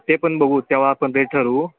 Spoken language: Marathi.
ते पण बघू तेव्हा आपण भेट ठरवू